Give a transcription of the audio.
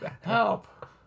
Help